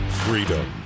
Freedom